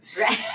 Right